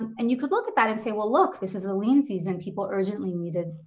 and you could look at that and say, well, look, this is the lean season. people urgently needed,